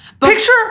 Picture